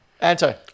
Anto